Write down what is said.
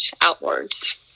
outwards